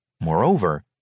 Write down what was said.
Moreover